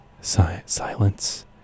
silence